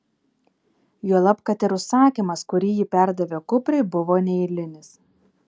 juolab kad ir užsakymas kurį ji perdavė kupriui buvo neeilinis